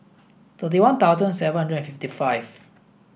thirty one thousand seven hundred and fifty five